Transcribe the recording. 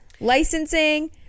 licensing